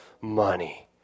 money